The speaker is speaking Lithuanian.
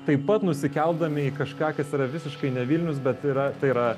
taip pat nusikeldami į kažką kas yra visiškai ne vilnius bet yra tai yra